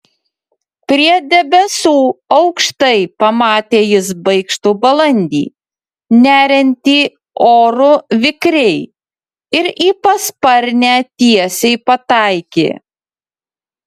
prie debesų aukštai pamatė jis baikštų balandį neriantį oru vikriai ir į pasparnę tiesiai pataikė